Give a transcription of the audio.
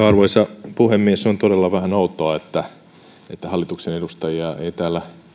arvoisa puhemies on todella vähän outoa että hallituksen edustajia ei täällä